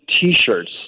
T-shirts